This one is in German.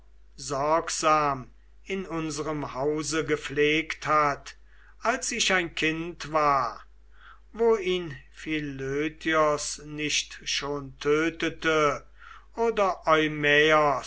sorgsam in unserem hause gepflegt hat als ich ein kind war wo ihn philötios nicht schon tötete oder